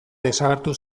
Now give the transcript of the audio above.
desagertu